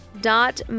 dot